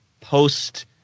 post